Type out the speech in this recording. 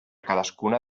cadascuna